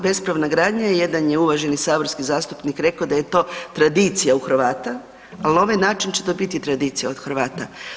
Bespravna gradnja, jedan je uvaženi saborski zastupnik rekao da je to tradicija u Hrvata, al na ovaj način će to biti tradicija od Hrvata.